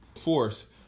force